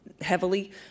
heavily